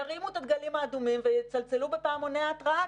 ירימו את הדגלים האדומים ויצלצלו בפעמוני ההתראה,